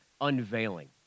unveiling